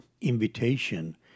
invitation